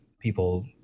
people